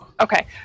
Okay